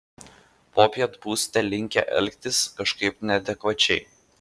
popiet būsite linkę elgtis kažkaip neadekvačiai